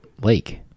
lake